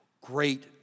great